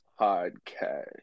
Podcast